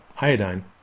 iodine